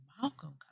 Malcolm